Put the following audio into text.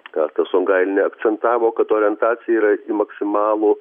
asta sungailienė akcentavo kad orientacija yra į maksimalų